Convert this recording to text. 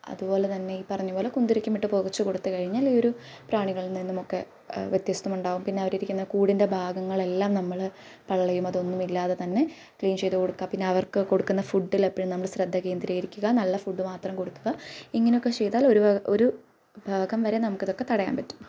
അതുപോലെ തന്നെ ഈ പറഞ്ഞ പോലെ കുന്തിരിക്കം ഇട്ട് പുകച്ച് കൊടുത്തു കഴിഞ്ഞാൽ ഈ ഒരു പ്രാണികളിൽ നിന്നുമൊക്കെ വ്യത്യസ്തമുണ്ടാകും പിന്നെ അവരിരിക്കുന്ന കൂടിൻ്റെ ഭാഗങ്ങളെല്ലാം നമ്മൾ പള്ളയും അതൊന്നുമില്ലാതെ തന്നെ ക്ലീൻ ചെയ്തു കൊടുക പിന്നെ അവർക്ക് കൊടുക്കുന്ന ഫുഡിൽ എപ്പഴും നമ്മൾ ശ്രദ്ധ കേന്ദ്രീകരിക്കുക നല്ല ഫുഡ് മാത്രം കൊടുക്കുക ഇങ്ങനെയൊക്കെ ചെയ്താൽ ഒരു ഒരു ഭാഗം വരെ നമുക്ക് ഇതൊക്കെ തടയാൻ പറ്റും